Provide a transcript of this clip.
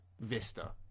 vista